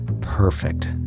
perfect